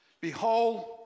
Behold